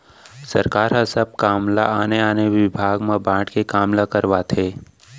सरकार ह सब काम मन ल आने आने बिभाग म बांट के काम ल करवाथे